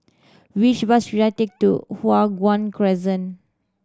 which bus should I take to Hua Guan Crescent